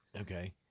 okay